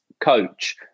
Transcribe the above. coach